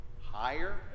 higher